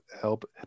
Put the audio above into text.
help